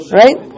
right